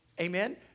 Amen